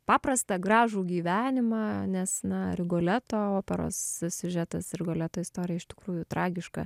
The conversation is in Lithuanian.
paprastą gražų gyvenimą nes na rigoleto operos siužetas ir baleto istorija iš tikrųjų tragiška